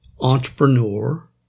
entrepreneur